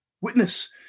Witness